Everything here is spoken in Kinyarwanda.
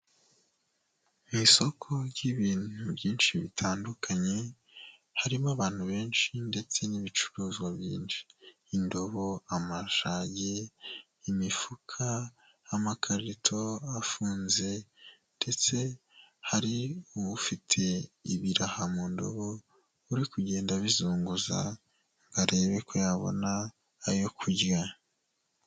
Mu isoko ry'ibintu byinshi bitandukanye, harimo abantu benshi ndetse n'ibicuruzwa byinsi, indobo, amashagi, imifuka, amakarito afunze ndetse hari ufite ibiraha mu ndobo, uri kugenda bizunguza, arebe ko yabona ayo kurya.